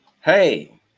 Hey